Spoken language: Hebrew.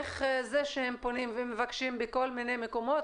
הם פונים ומבקשים בכל מיני מקומות,